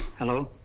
hello.